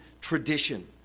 tradition